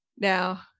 Now